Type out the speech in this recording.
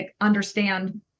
understand